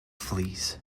fleas